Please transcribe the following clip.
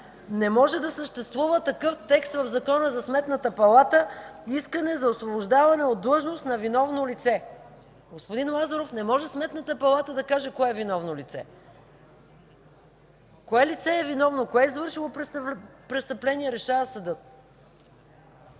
Не може да съществува такъв текст в Закона за Сметната палата – искане за освобождаване от длъжност на виновно лице. (Реплики.) Господин Лазаров, не може Сметната палата да каже кое е виновно лице. Кое лице е виновно, кое е извършило престъпление – решава съдът.